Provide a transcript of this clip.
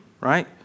right